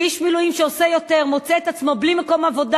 שאיש מילואים שעושה יותר מוצא את עצמו בלי מקום עבודה,